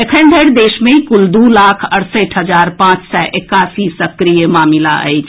एखन धरि देश मे कुल दू लाख अड़सठि हजार पांच सय एकासी सक्रिय मामिला अछि